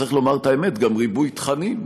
צריך לומר את האמת: גם ריבוי תכנים,